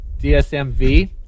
DSMV